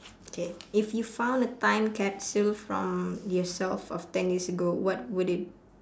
K if you found a time capsule from yourself of ten years ago what would it